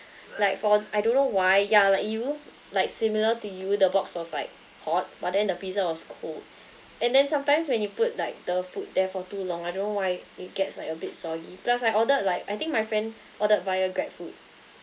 like for I don't know why ya like you know like similar to you the box was like hot but then the pizza was cold and then sometimes when you put like the food there for too long I don't know why it gets like a bit soggy plus I ordered like I think my friend ordered via grab food